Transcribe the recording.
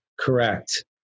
Correct